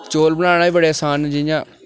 चौल बनाना बी बड़े असान न जियां